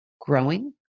growing